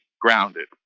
grounded